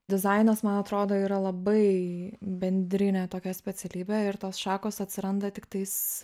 dizainas man atrodo yra labai bendrinė tokia specialybė ir tos šakos atsiranda tiktais